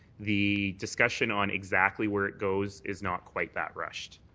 the discussion on exactly where it goes is not quite that rushed.